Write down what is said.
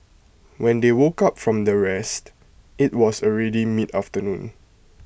when they woke up from their rest IT was already mid afternoon